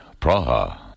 Praha